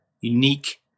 unique